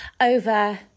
over